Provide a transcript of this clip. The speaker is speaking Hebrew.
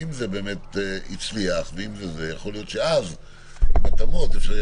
אם זה באמת הצליח יכול להיות שאז עם התאמות אפשר יהיה